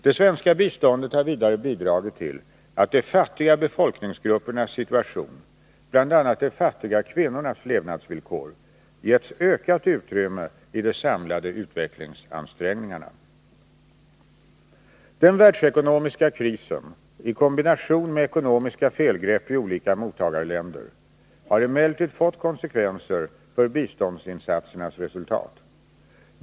Det svenska biståndet har vidare bidragit till att de fattiga befolkningsgruppernas situation, bl.a. de fattiga kvinnornas levnadsvillkor, givits ökat utrymme i de samlade utvecklingsansträngningarna. Den världsekonomiska krisen i kombination med ekonomiska felgrepp i olika mottagarländer har emellertid fått konsekvenser för biståndsinsatsernas resultat.